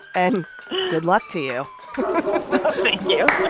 and good luck to you thank you